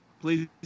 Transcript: Please